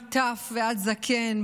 מטף ועד זקן,